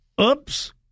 oops